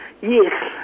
Yes